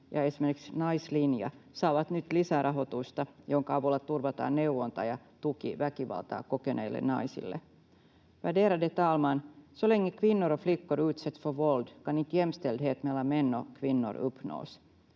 ja esimerkiksi Naisten Linja saavat nyt lisärahoitusta, jonka avulla turvataan neuvonta ja tuki väkivaltaa kokeneille naisille. Värderade talman! Så länge kvinnor och flickor utsätts för våld kan inte jämställdhet mellan